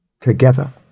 together